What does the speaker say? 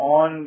on